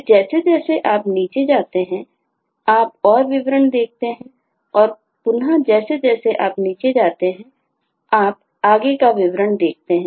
फिर जैसे जैसे आप नीचे जाते हैं आप और विवरण देखते हैं और पुनः जैसे जैसे आप नीचे जाते हैं आप आगे का विवरण देखते हैं